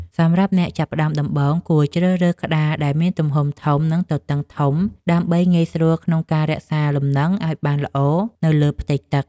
សម្រាប់អ្នកចាប់ផ្ដើមដំបូង គួរជ្រើសរើសក្តារដែលមានទំហំធំ និងទទឹងធំ ដើម្បីងាយស្រួលក្នុងការរក្សាលំនឹងឱ្យបានល្អនៅលើផ្ទៃទឹក។